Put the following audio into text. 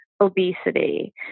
obesity